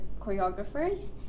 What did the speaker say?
choreographers